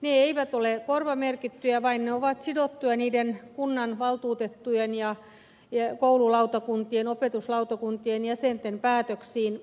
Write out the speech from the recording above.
ne eivät ole korvamerkittyjä vaan ne ovat sidottuja kunnanvaltuutettujen ja koululautakuntien tai opetuslautakuntien jäsenten päätöksiin